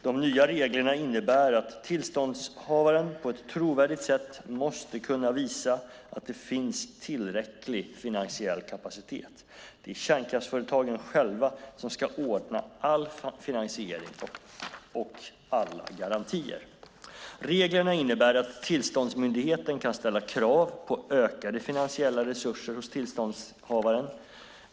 De nya reglerna innebär att tillståndshavaren på ett trovärdigt sätt måste kunna visa att det finns tillräcklig finansiell kapacitet. Det är kärnkraftsföretagen själva som ska ordna all finansiering och alla garantier. Reglerna innebär att tillståndsmyndigheten kan ställa krav på ökade finansiella resurser hos tillståndshavaren.